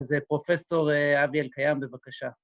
‫אז פרופ' אבי אלקיים, בבקשה.